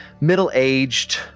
middle-aged